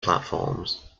platforms